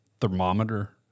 thermometer